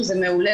שזה מעולה,